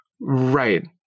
Right